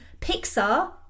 Pixar